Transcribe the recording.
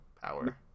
power